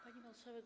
Pani Marszałek!